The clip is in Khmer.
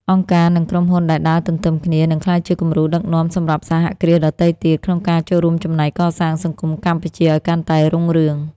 អង្គការ និងក្រុមហ៊ុនដែលដើរទន្ទឹមគ្នា នឹងក្លាយជាគំរូដឹកនាំសម្រាប់សហគ្រាសដទៃទៀត ក្នុងការចូលរួមចំណែកកសាងសង្គមកម្ពុជាឱ្យកាន់តែរុងរឿង។